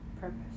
purpose